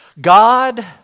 God